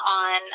on